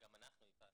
גם אנחנו יפעת.